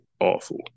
awful